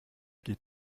geht